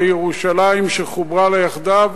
ירושלים "שחוברה לה יחדיו",